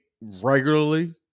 regularly